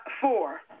four